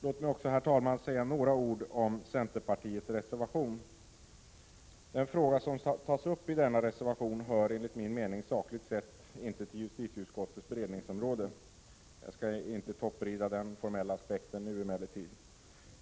Låt mig också, herr talman, säga några ord om centerpartiets reservation. Den fråga som tas upp i denna reservation hör, enligt min mening, sakligt sett inte till justitieutskottets beredningsområde. Jag skall emellertid inte nu hårdra den formella aspekten.